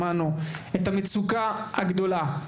שמענו את המצוקה הגדולה,